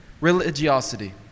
religiosity